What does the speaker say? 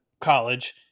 college